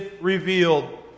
revealed